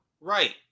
Right